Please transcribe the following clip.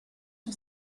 sur